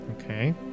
Okay